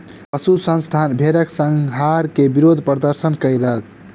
पशु संस्थान भेड़क संहार के विरुद्ध प्रदर्शन कयलक